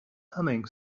humming